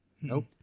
Nope